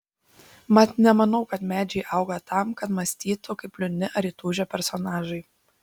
mat nemanau kad medžiai auga tam kad mąstytų kaip liūdni ar įtūžę personažai